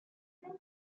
goes